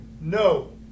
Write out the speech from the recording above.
no